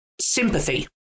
Sympathy